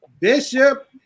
Bishop